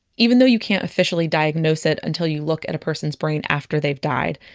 even though you can't officially diagnose it until you look at a person's brain after they've died,